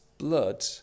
blood